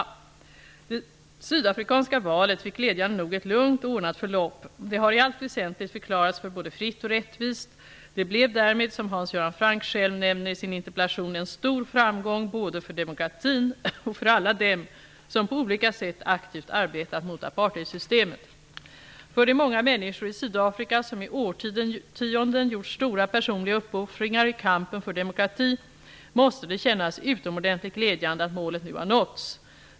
Det sydafrikanska valet fick glädjande nog ett lugnt och ordnat förlopp. Det har i allt väsentligt förklarats för både fritt och rättvist. Det blev därmed, som Hans Göran Franck själv nämner i sin interpellation, en stor framgång både för demokratin och för alla dem som på olika sätt aktivt arbetat mot apartheidsystemet. För de många människor i Sydafrika som i årtionden gjort stora personliga uppoffringar i kampen för demokrati måste det kännas utomordentligt glädjande att målet nu har nåtts.